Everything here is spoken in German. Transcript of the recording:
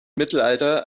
mittelalter